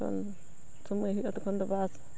ᱡᱚᱠᱷᱚᱱ ᱥᱳᱢᱳᱭ ᱦᱩᱭᱩᱜᱼᱟ ᱛᱚᱠᱷᱚᱱ ᱫᱚ ᱵᱟᱥ